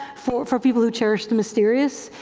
for for people who cherish the mysterious,